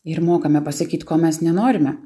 ir mokame pasakyt ko mes nenorime